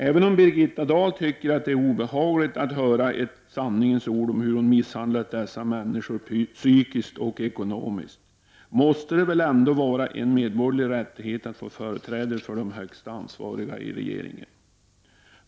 Även om Birgitta Dahl tycker att det är obehagligt att höra sanningens ord om hur hon har misshandlat dessa människor psykiskt och ekonomiskt, måste det väl vara en medborgerlig rättighet för dessa människor att få företräde hos den som i denna fråga har huvudansvaret i regeringen.